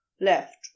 left